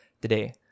today